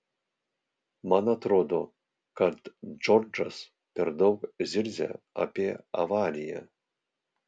man atrodo kad džordžas per daug zirzia apie avariją